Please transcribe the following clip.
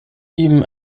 ihm